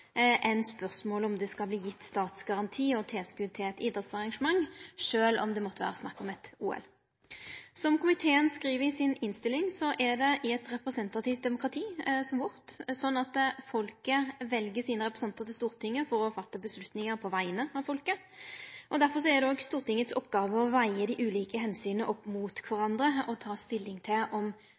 om det skal verte gjeve statsgaranti og tilskot til eit idrettsarrangement, sjølv om det måtte vere snakk om eit OL. Som komiteen skriv i si innstilling, er det i eit representativt demokrati, som vårt, slik at folket vel sine representantar til Stortinget for å gjere vedtak på vegner av folket. Derfor er det òg Stortingets oppgåve å vege dei ulike omsyna opp mot kvarandre, og ta stilling til om